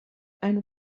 and